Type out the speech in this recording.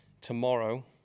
tomorrow